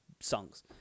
Songs